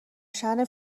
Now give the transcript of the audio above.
شأن